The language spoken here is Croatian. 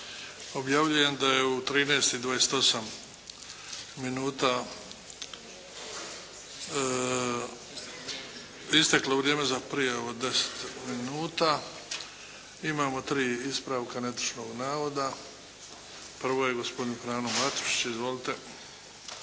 Objavljujem da je u 13,28 minuta isteklo vrijeme za prijavu od deset minuta. Imamo tri ispravka netočnog navoda. Prvi je gospodin Frano Matušić. Izvolite.